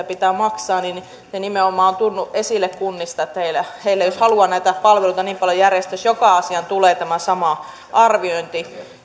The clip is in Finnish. pitää maksaa nimenomaan on tullut esille kunnista että heillä ei ole halua näitä palveluita niin paljon järjestää jos joka asiaan tulee tämä sama arviointi